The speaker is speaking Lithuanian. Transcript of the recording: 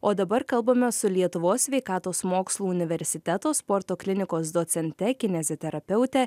o dabar kalbame su lietuvos sveikatos mokslų universiteto sporto klinikos docente kineziterapeute